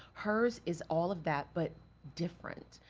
hers is all of that, but different.